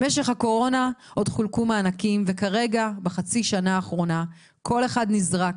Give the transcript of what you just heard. במשך הקורונה עוד חולקו מענקים וכרגע בחצי השנה האחרונה כל אחד נזרק